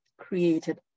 created